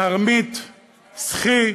תרמית, סחי,